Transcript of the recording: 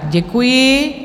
Děkuji.